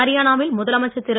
ஹரியானாவில் முதலமைச்சர் திரு